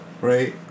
right